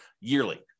yearly